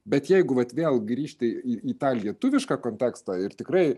bet jeigu vat vėl grįžti į į tą lietuvišką kontekstą ir tikrai